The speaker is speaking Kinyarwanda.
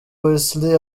wesley